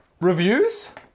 Reviews